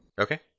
okay